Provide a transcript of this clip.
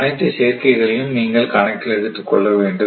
அனைத்து சேர்க்கை களையும் நீங்கள் கணக்கில் எடுத்துக் கொள்ள வேண்டும்